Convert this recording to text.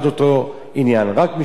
רק משפט אחד בנושא החינוך,